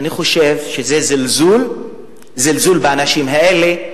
אני חושב שזה זלזול באנשים האלה,